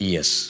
Yes